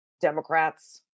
Democrats